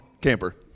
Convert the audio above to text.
camper